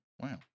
Wow